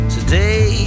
Today